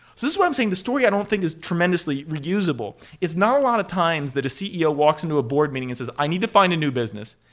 what i'm saying. the story i don't think is tremendously reusable. it's not a lot of times that a ceo walks into a board meeting and says, i need to find a new business.